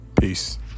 Peace